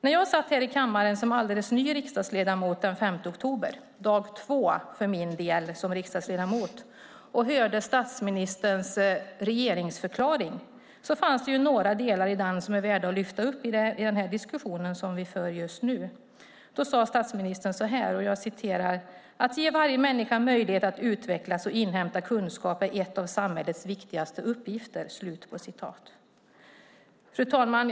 När jag satt här i kammaren som alldeles ny riksdagsledamot den 5 oktober - dag två för min del som riksdagsledamot - och hörde statsministerns regeringsförklaring fanns några delar som är värda att lyfta upp i den diskussion vi för just nu. Då sade statsministern: Att ge varje människa möjlighet att utvecklas och inhämta kunskaper är ett av samhällets viktigaste uppgifter. Fru talman!